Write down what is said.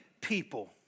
people